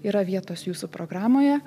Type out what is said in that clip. yra vietos jūsų programoje